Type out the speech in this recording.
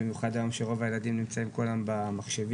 במיוחד היום שרוב הילדים נמצאים כל היום במחשבים,